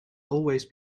always